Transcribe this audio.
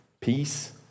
peace